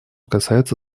касается